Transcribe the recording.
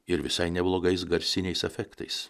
ir visai neblogais garsiniais efektais